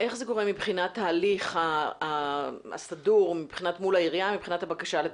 איך קורה ההליך הסדור מול העירייה מבחינת הבקשה לתקציב?